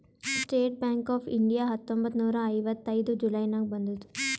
state Bank of India ಹತ್ತೊಂಬತ್ತ್ ನೂರಾ ಐವತ್ತೈದು ಜುಲೈ ನಾಗ್ ಬಂದುದ್